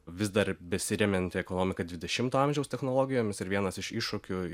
vis dar besiremianti ekonomika dvidešimto amžiaus technologijomis ir vienas iš iššūkių